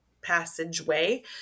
passageway